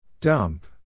Dump